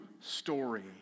story